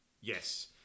Yes